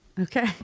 okay